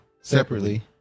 separately